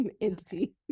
entity